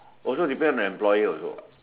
also depends on the employer also what